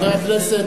חבר הכנסת,